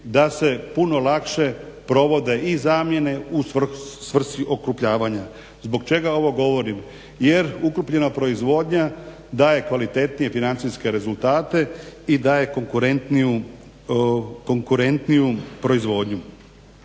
da se puno lakše provode i zamjene u svrsi okrupnjavanja. Zbog čega ovo govorim? Jer okrupnjena proizvodnja daje kvalitetnije financijske rezultate i daje konkurentniju proizvodnju.